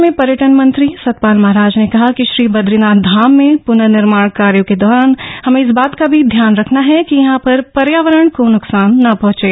प्रदेश के पर्यटन मंत्री सतपाल महाराज ने कहा कि श्री बदरीनाथ धाम में पुनर्निर्माण कार्यो के दौरान हमें इस बात का भी ध्यान रखना है कि यहां पर पर्यावरण को नुकसान न पहँचे